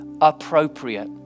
appropriate